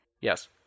Yes